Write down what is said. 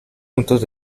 puntos